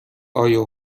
آیا